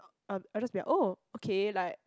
uh um I just be like oh okay like